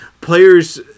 players